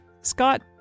Scott